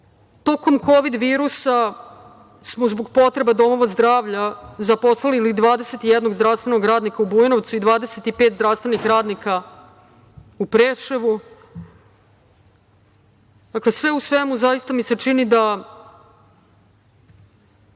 kovid virusa smo zbog potreba domova zdravlja zaposlili 21 zdravstvenog radnika u Bujanovcu i 25 zdravstvenih radnika u Preševu. Dakle, sve u svemu, zaista mi se čini da